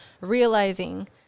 realizing